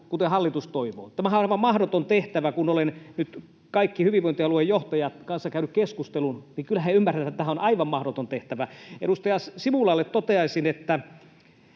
kuten hallitus toivoo? Tämähän on aivan mahdoton tehtävä. Kun olen nyt kaikkien hyvinvointialuejohtajien kanssa käynyt keskustelun, niin kyllä he ymmärtävät, että tämä on aivan mahdoton tehtävä. Edustaja Simulalle toteaisin, että